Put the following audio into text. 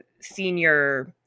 senior